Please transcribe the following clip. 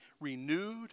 renewed